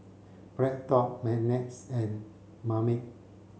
BreadTalk and Marmite